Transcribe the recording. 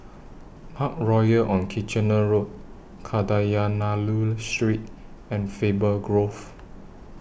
Parkroyal on Kitchener Road Kadayanallur Street and Faber Grove